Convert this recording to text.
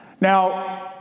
Now